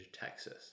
texas